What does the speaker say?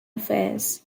affairs